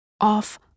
Off